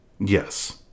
yes